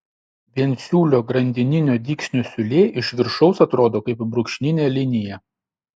viensiūlio grandininio dygsnio siūlė iš viršaus atrodo kaip brūkšninė linija